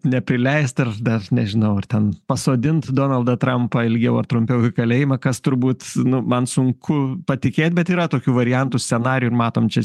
neprileist ar dar nežinau ar ten pasodint donaldą trampą ilgiau ar trumpiau ir kalėjimą kas turbūt nu man sunku patikėt bet yra tokių variantų scenarijų ir matom čia